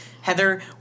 Heather